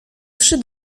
trzy